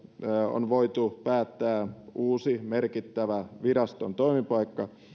on voitu päättää uusi merkittävä viraston toimipaikka